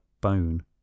bone